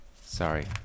Sorry